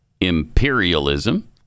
Imperialism